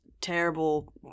terrible